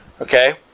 okay